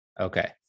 Okay